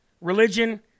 religion